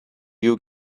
you